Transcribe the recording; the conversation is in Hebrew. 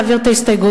להעביר את ההסתייגות,